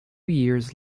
years